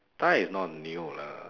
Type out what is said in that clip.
Thai is not new lah